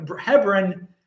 Hebron